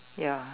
ya